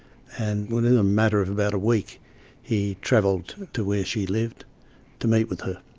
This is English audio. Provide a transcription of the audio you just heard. and within a matter of about a week he travelled to where she lived to meet with her.